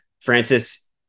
Francis